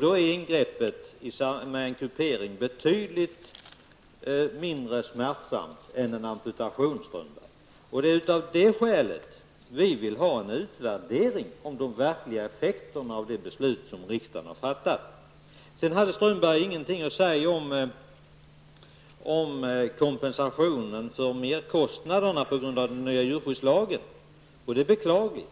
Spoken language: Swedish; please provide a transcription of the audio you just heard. Då är ingreppet i samband med en kupering betydligt mindre smärtsamt än vid en amputation. Det är av det skälet vi vill ha en utvärdering av de verkliga effekterna av det beslut som riksdagen har fattat. Strömberg hade inget att säga om kompensation för merkostnaderna på grund av den nya djurskyddslagen. Det är beklagligt.